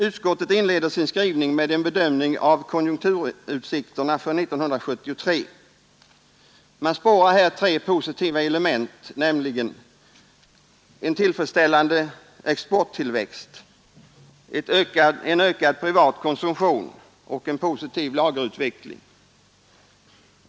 Utskottet inleder sin skrivning med en bedömning av konjunkturutsikterna för 1973. Man spårar här tre positiva element, nämligen en tillfredsställande exporttillväxt, ökad privat konsumtion och en positiv lagerutveckling.